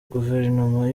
guverinoma